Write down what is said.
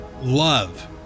love